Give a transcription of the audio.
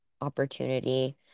opportunity